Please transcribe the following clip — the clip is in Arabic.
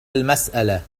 المسألة